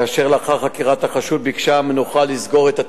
כאשר לאחר חקירת החשוד ביקשה המנוחה לסגור את התיקים.